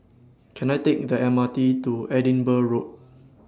Can I Take The M R T to Edinburgh Road